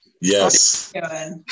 Yes